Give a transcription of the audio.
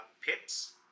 pits